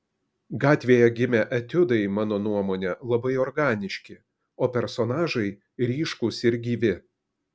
gatvėje gimę etiudai mano nuomone labai organiški o personažai ryškūs ir gyvi